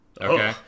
Okay